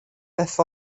beth